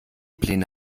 pläne